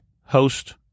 host